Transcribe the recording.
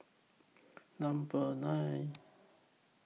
Number nine